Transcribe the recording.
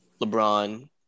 LeBron